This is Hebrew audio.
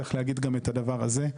צריך להגיד גם את הדבר הזה.